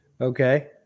Okay